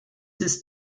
ist